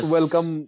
Welcome